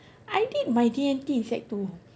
I did my D_N_T in sec two